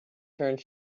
turned